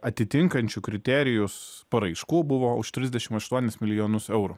atitinkančių kriterijus paraiškų buvo už trisdešim aštuonis milijonus eurų